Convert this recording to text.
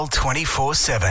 24-7